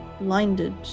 blinded